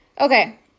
Okay